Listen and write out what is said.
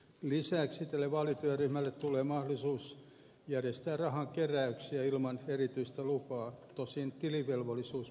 lisäksi tälle vaalityöryhmälle tulee mahdollisuus järjestää rahankeräyksiä ilman erityistä lupaa tosin tilivelvollisuus poliisiviranomaiselle on